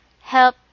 help